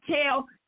tell